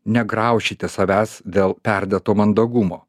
negraušite savęs dėl perdėto mandagumo